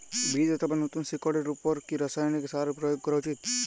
বীজ অথবা নতুন শিকড় এর উপর কি রাসায়ানিক সার প্রয়োগ করা উচিৎ?